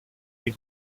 des